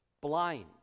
blind